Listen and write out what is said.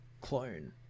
clone